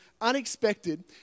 unexpected